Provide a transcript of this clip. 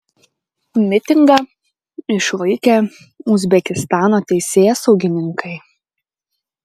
mitingą išvaikė uzbekistano teisėsaugininkai